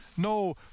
no